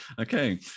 Okay